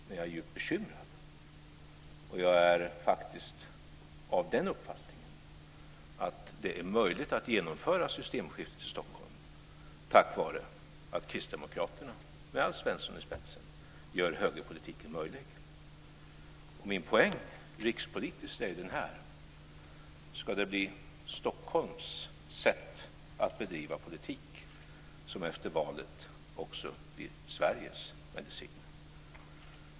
Men jag är djupt bekymrad, och jag är av uppfattningen att det är möjligt att genomföra ett systemskifte i Stockholm tack vare att Kristdemokraterna med Alf Svensson i spetsen gör högerpolitiken möjlig. Min rikspolitiska poäng är denna: Ska det bli Stockholms sätt att bedriva politik som efter valet också blir Sveriges medicin?